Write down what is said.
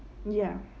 ya